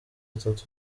atatu